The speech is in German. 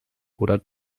oder